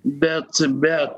bet be